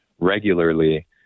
regularly